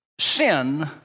Sin